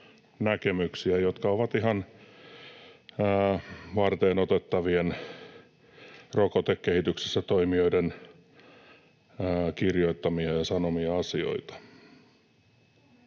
näkemyksiä, jotka ovat ihan varteenotettavien rokotekehityksen toimijoiden kirjoittamia ja sanomia asioita.